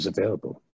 available